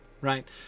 right